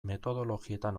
metodologietan